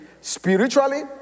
spiritually